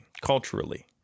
culturally